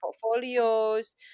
portfolios